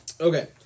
Okay